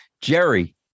jerry